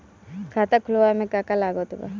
खाता खुलावे मे का का लागत बा?